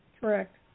Correct